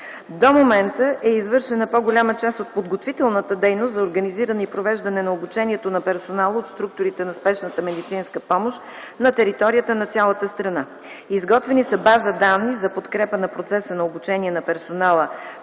До момента е извършена по-голяма част от подготвителната дейност за организиране и провеждане на обучението на персонала от структурите на спешната медицинска помощ на територията на цялата страна. Изготвени са база данни за подкрепа на процеса на обучение на персонала